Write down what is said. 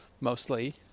mostly